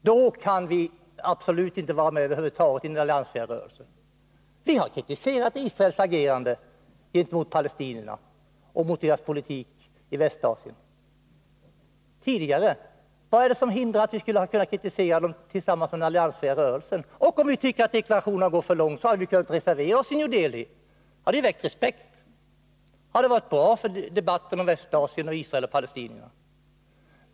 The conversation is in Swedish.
Då kan vi absolut inte vara medi den alliansfria rörelsen. Vi har tidigare kritiserat Israels agerande gentemot palestinierna och Israels politik i Västasien. Vad är det som hindrar att vi skulle kunna kritisera Israel tillsammans med den alliansfria rörelsen? Om vi hade tyckt att deklarationen i New Delhi gick för långt, hade vi dessutom kunnat reservera oss. Det hade väckt respekt och hade varit bra för debatten om Västasien, Israel och palestinierna.